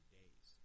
days